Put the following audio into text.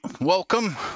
Welcome